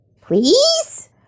Please